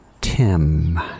Tim